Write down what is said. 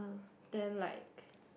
then like